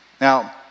Now